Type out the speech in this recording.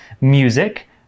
music